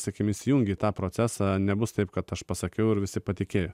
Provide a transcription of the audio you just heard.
sakykime įsijungi tą procesą nebus taip kad aš pasakiau ir visi patikėjo